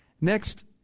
Next